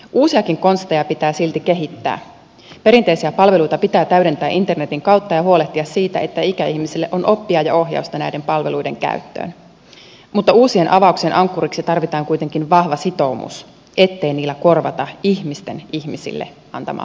uusiakin konsteja pitää silti kehittää pitää täydentää perinteisiä palveluita internetin kautta ja huolehtia siitä että ikäihmisille on oppia ja ohjausta näiden palveluiden käyttöön mutta uusien avauksien ankkuriksi tarvitaan kuitenkin vahva sitoumus ettei niillä korvata ihmisten ihmisille antamaa palvelua